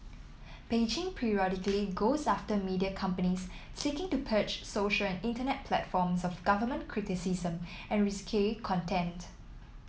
Beijing periodically goes after media companies seeking to purge social and internet platforms of government criticism and risque content